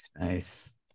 Nice